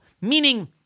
meaning